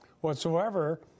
whatsoever